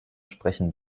sprechen